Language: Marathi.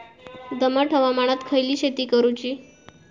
दमट हवामानात खयली शेती करूची?